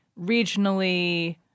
regionally